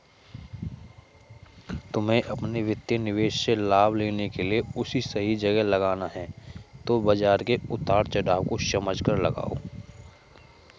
तुम्हे अपने वित्तीय निवेश से लाभ लेने के लिए उसे सही जगह लगाना है तो बाज़ार के उतार चड़ाव को समझकर लगाओ